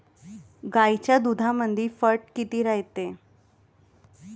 गाईच्या दुधामंदी फॅट किती रायते?